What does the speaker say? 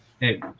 Hey